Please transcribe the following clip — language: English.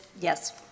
Yes